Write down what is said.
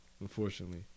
unfortunately